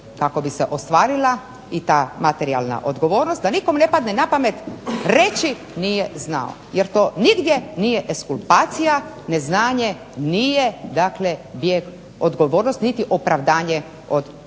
kako bi se ostvarila i ta materijalna odgovornost, da nikom ne padne na pamet reći nije znao jer to nigdje nije ekskulpacija, neznanje nije dakle bijeg od odgovornosti niti opravdanje od